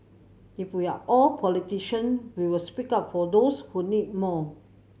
if we are all politician we will speak up for those who need more